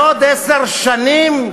לעוד עשר שנים?